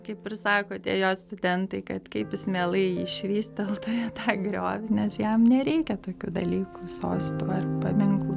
kaip ir sako tie jo studentai kad kaip jis mielai jį švysteltų tą griovį nes jam nereikia tokių dalykų sostų ar paminklų